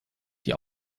die